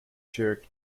cherokee